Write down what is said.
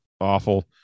awful